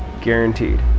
Guaranteed